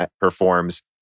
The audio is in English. performs